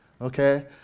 Okay